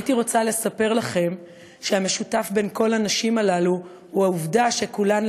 הייתי רוצה לספר לכן שהמשותף לכל הנשים הללו הוא העובדה שכולן,